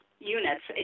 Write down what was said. Units